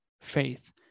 faith